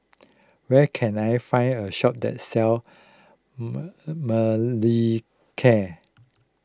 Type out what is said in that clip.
where can I find a shop that sells Molicare